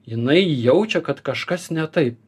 jinai jaučia kad kažkas ne taip